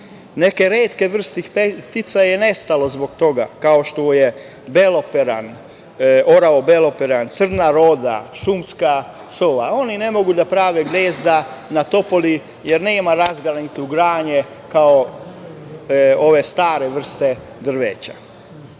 Neke retke vrste ptica su nestale zbog toga, kao što je orao beloperan, crna roda, šumska sova. Oni ne mogu da prave gnezda na topoli, jer nema razgranato granje, kao ove stare vrste drveća.